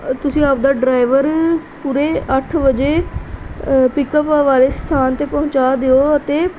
ਤੁਸੀਂ ਆਪਦਾ ਡਰਾਈਵਰ ਪੂਰੇ ਅੱਠ ਵਜੇ ਪਿਕਅੱਪ ਵਾਲੇ ਸਥਾਨ 'ਤੇ ਪਹੁੰਚਾ ਦਿਓ ਅਤੇ